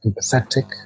empathetic